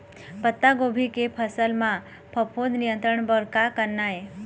पत्तागोभी के फसल म फफूंद नियंत्रण बर का करना ये?